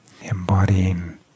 embodying